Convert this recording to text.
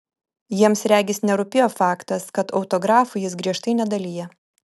jiems regis nerūpėjo faktas kad autografų jis griežtai nedalija